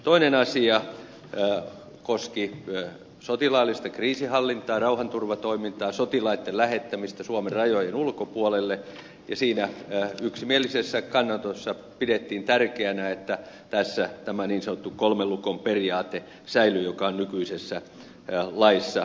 toinen asia koski sotilaallista kriisinhallintaa rauhanturvatoimintaa sotilaitten lähettämistä suomen rajojen ulkopuolelle ja siinä yksimielisessä kannanotossa pidettiin tärkeänä että tässä tämä niin sanottu kolmen lukon periaate säilyy joka on nykyisessä laissa sotilaallisesta kriisinhallinnasta